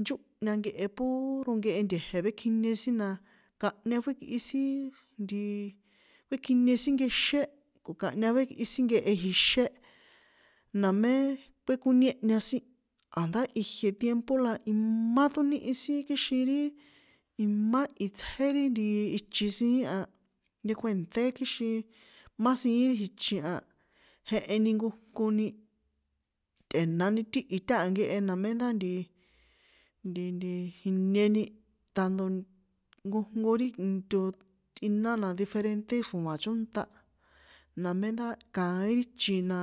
Nchóhña nkehe puro nkehe nte̱je̱ vékjinie sin kanhña vékꞌi sin, ntiii, kuékjinie sin xé o̱ kanhña vekꞌi sin nkehe ixé, namé, kuékoniéhña sin, a̱ndá ijie tiempo la imá ṭóníhi sin kixin ri imá itsjé ri ntiiii ichin siín a, nkekuènṭé kixin má siín ri ichin a, jeheni nkojnkoni, tꞌe̱nani tíhi táha nkehe namé ndá ntiii, nti nti, jinieni, tanto nkojnko ri into tꞌiná na diferente xro̱a̱n chónṭä, namé ndá kaín ri chin na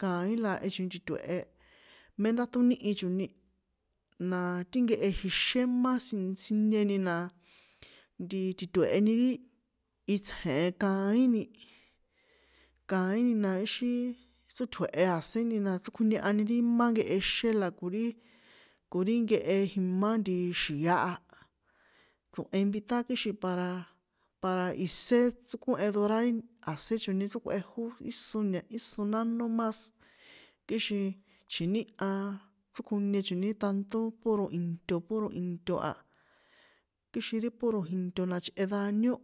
kaín la jehe choni tituehé, mé ndá ṭóníhi choni, na ti nkehe jimá xé sinieni na, ntiii tjitue̱heni ri itsje̱n e kaíni, kaíni na íxin tsótjue̱he a̱séni na chrókjoniehani ri nkehe má xé ko ri, ko rí nkehe imá ntiii xi̱a̱ a, tso̱he nvitá kixin para, para isé tssókohe durar ri a̱sén choni chrókꞌuejó íso ña̱ íso nánó más, kixin chji̱nihá chrokjonie choni ri tnato puro into puro into a, kixin ri puro jinto la chꞌe dañó,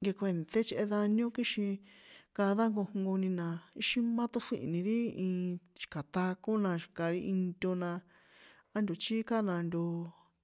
nkekuènṭé chꞌe daño kixin, kada nkojnkoni na íxin má ṭóxríhi̱ni ri ich xi̱ka ṭako na xi̱ka into na, á nto chíká na nto- o.